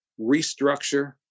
restructure